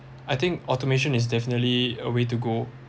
I think automation is definitely a way to go